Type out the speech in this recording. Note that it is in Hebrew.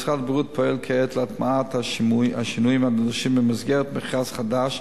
משרד הבריאות פועל כעת להטמעת השינויים הנדרשים במסגרת מכרז חדש,